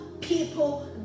people